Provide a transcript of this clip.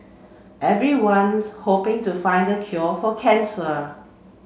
everyone's hoping to find the cure for cancer